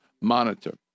monitor